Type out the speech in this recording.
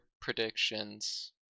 predictions